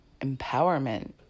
empowerment